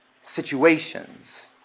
situations